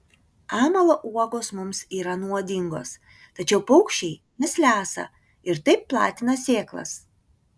amalo uogos mums yra nuodingos tačiau paukščiai jas lesa ir taip platina sėklas